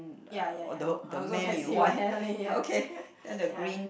ya ya ya I also can see one hand only ya